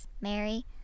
Mary